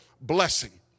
blessing